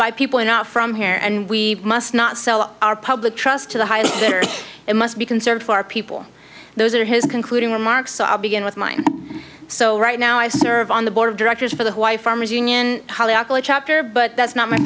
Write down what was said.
by people enough from here and we must not sell our public trust to the highest bidder it must be concerned for our people those are his concluding remarks so i'll begin with mine so right now i serve on the board of directors for the white farmers union chapter but that's not my